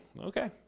Okay